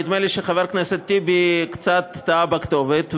נדמה לי שחבר הכנסת טיבי קצת טעה בכתובת,